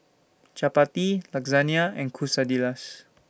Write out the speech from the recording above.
Chapati Lasagna and Quesadillas